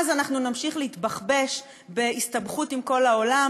אנחנו נמשיך להתבחבש בהסתבכות עם כל העולם